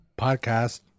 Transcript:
podcast